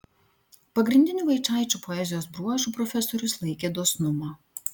pagrindiniu vaičaičio poezijos bruožu profesorius laikė dosnumą